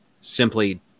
simply